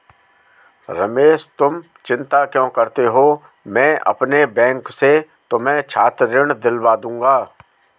रमेश तुम चिंता क्यों करते हो मैं अपने बैंक से तुम्हें छात्र ऋण दिलवा दूंगा